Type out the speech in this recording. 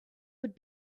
would